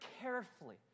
carefully